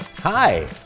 Hi